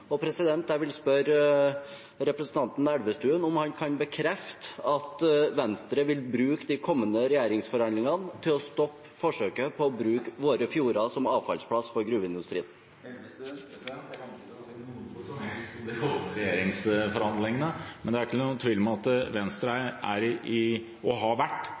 Jeg vil spørre representanten Elvestuen om han kan bekrefte at Venstre vil bruke de kommende regjeringsforhandlingene til å stoppe forsøket på å bruke våre fjorder som avfallsplass for gruveindustrien. Jeg kommer ikke til å si noe som helst om de kommende regjeringsforhandlingene. Men det er ikke noen tvil om at Venstre er – og har vært